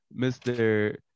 Mr